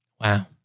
wow